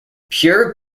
pure